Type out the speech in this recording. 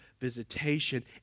visitation